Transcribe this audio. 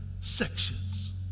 sections